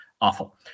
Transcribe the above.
awful